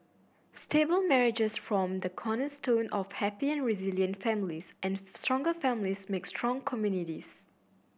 stable marriages form the cornerstone of happy and resilient families and strong families make strong communities